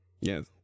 Yes